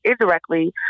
indirectly